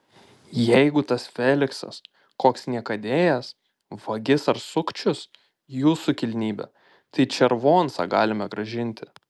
jeigu tas feliksas koks niekadėjas vagis ar sukčius jūsų kilnybe tai červoncą galime grąžinti